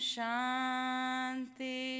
Shanti